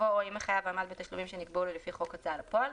יבוא "או אם החייב עמד בתשלומים שנקבעו לו לפי חוק ההוצאה לפועל".